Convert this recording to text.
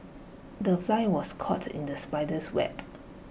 the fly was caught in the spider's web